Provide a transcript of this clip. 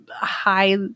high